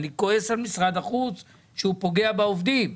אני כועס על משרד החוץ שהוא פוגע בעובדים,